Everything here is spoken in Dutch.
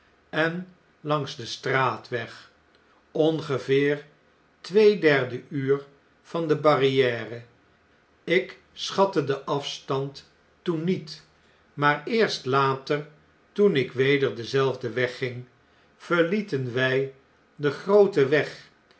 en langs den straatweg ongeveer twee derde uur van de b a r r i e r e ik schatte den afstand toen niet maar eerst later toen ik weder denzelfden weg ging verlieten wjj den grooten weg